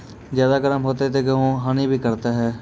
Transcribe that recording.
ज्यादा गर्म होते ता गेहूँ हनी भी करता है?